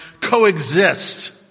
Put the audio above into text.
coexist